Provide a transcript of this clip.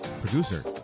producer